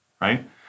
right